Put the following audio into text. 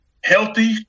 healthy